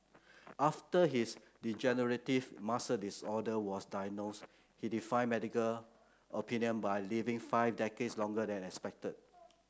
after his degenerative muscle disorder was diagnosed he defied medical opinion by living five decades longer than expected